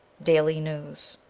daily news